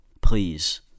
please